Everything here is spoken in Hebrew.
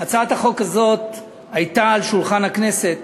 הצעת החוק הזאת הייתה על שולחן הכנסת